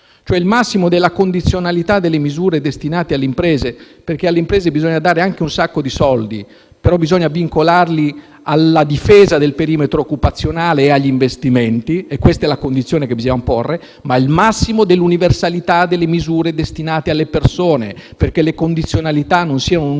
il massimo della condizionalità delle misure destinate alle imprese - alle imprese bisogna infatti dare molti soldi, ma occorre vincolarli alla difesa del perimetro occupazionale e agli investimenti: questa è la condizione che dobbiamo porre - e il massimo dell'universalità delle misure destinate alle persone, perché le condizionalità non siano un